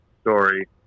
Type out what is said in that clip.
story